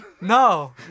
No